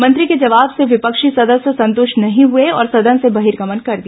मंत्री के जवाब से विपक्षी सदस्य संतुष्ट नहीं हुए और सदन से बहिर्गमन कर दिया